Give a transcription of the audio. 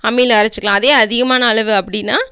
அம்மியில அரைச்சிக்கலாம் அதே அதிகமான அளவு அப்படின்னா